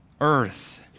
earth